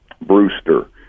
Brewster